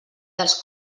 dels